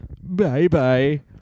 Bye-bye